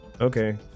Okay